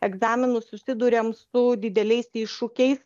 egzaminus susiduriam su dideliais iššūkiais